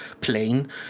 plane